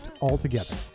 altogether